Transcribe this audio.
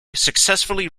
successfully